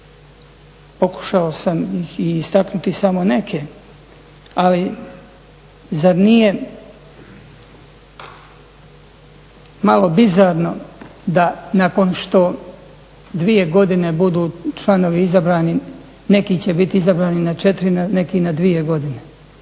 Pokušao sam ih i istaknuti samo neke ali zar nije malo bizarno da nakon što 2 godine budu članovi izabrani, neki će biti izabrani na 4, neki na 2 godine.